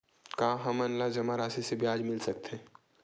का हमन ला जमा राशि से ब्याज मिल सकथे?